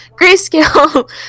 Grayscale